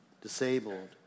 disabled